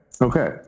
Okay